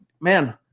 Man